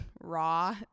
raw